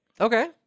Okay